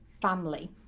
family